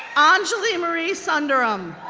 anjali marie sundaram,